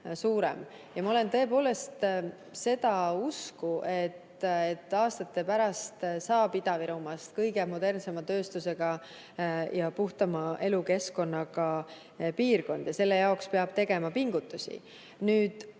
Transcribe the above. Ma olen tõepoolest seda usku, et aastate pärast saab Ida-Virumaast kõige modernsema tööstusega ja puhtama elukeskkonnaga piirkond. Selle jaoks peab tegema pingutusi.